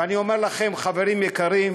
ואני אומר לכם, חברים יקרים,